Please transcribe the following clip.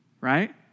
right